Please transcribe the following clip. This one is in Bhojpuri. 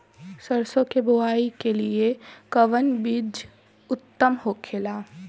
सरसो के बुआई के लिए कवन बिज उत्तम होखेला?